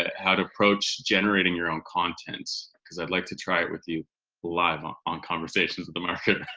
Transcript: how to approach generating your own content because i'd like to try it with you live on on conversations with a marketer.